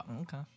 Okay